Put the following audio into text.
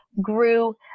grew